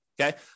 Okay